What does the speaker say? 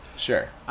Sure